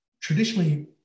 Traditionally